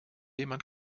jemand